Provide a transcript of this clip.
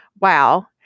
Wow